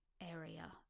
area